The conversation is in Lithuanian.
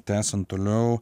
tęsiant toliau